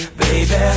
baby